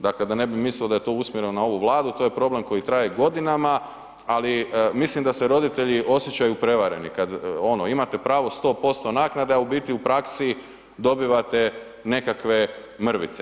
Dakle, da ne bi mislili da je to usmjereno na ovu Vladu, to je problem koji traje godinama, ali mislim da se roditelji osjećaju prevareni kad, ono, imate pravo 100% naknade, a u biti u praksi dobivate nekakve mrvice.